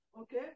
okay